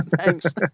thanks